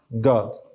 God